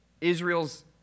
Israel's